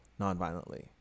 nonviolently